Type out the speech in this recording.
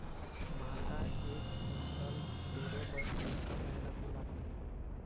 भांटा एक कुन्टल टोरे बर कतका मेहनती लागथे?